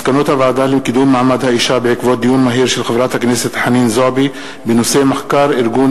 מסקנות הוועדה לקידום מעמד האשה בעקבות דיון מהיר בנושאים: מחקר ארגון